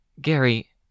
Gary